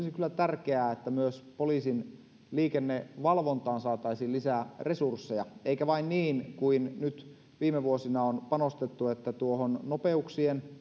tärkeää että myös poliisin liikennevalvontaan saataisiin lisää resursseja eikä vain niin kuin nyt viime vuosina on panostettu että nopeuksien